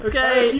Okay